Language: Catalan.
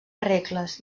regles